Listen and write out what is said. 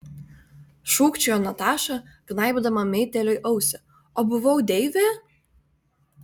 šūkčiojo nataša gnaibydama meitėliui ausį o buvau deivė